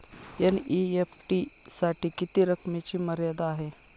NEFT साठी किती रकमेची मर्यादा आहे?